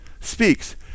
Speaks